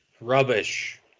Rubbish